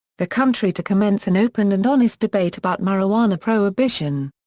the country to commence an open and honest debate about marijuana prohibition.